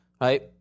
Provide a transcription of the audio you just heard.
right